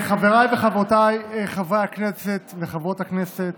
חבריי וחברותיי חברי הכנסת וחברות הכנסת,